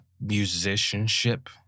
musicianship